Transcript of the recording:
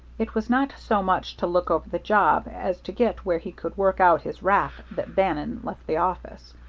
it was not so much to look over the job as to get where he could work out his wrath that bannon left the office.